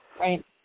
Right